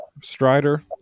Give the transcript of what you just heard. Strider